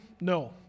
No